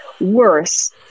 worse